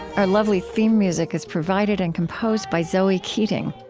our lovely theme music is provided and composed by zoe keating.